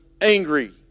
angry